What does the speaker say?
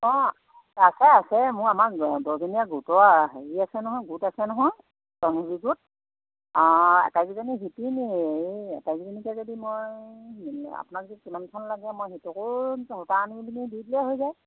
অঁ আছে আছে মোৰ আমাৰ দহজনীয়া গোটৰ হেৰি আছে নহয় গোট আছে নহয় সঞ্জিৱনী গোট অঁ এটাইকেইজনী শিপিনীয়ে এই এটাইকেইজনীকে যদি মই আপোনাক যদি কিমানখন লাগে মই সিহঁতকো সূতা আনি পিনে দি দিলে হৈ যায়